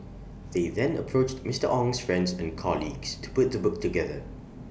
they then approached Mister Ong's friends and colleagues to put the book together